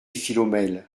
philomèle